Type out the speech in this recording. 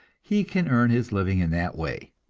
he can earn his living in that way.